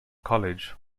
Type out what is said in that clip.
college